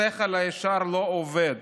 השכל הישר לא עובד.